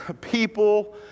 people